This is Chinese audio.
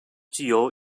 具有